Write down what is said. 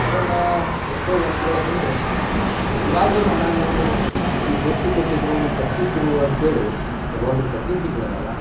ಅದನ್ನ ಎಷ್ಟೋ ವರ್ಷಗಳ ಹಿಂದೆ ಶಿವಾಜಿ ಮಹಾರಾಜರು ಅಲ್ಲಿ ಭೇಟಿ ಕೊಟ್ಟಿದ್ದರು ಕಟ್ಟಿದ್ದರು ಅಂತ್ಹೇಳಿ ಕೆಲ್ವೊಂದು ಪ್ರತೀತಿಗಳದಾವ